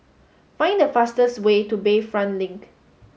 find the fastest way to Bayfront Link